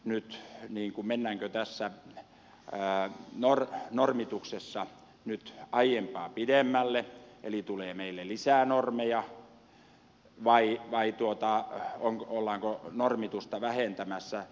nyt niinku mennäänkö tässä normituksessa nyt aiempaa pidemmälle eli meille tulee lisää normeja vai ollaanko normitusta vähentämässä